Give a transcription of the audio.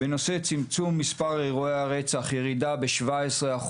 ג׳ - בנושא צמצום מספר אירועי הרצח: ירידה ב- 17%,